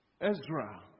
Ezra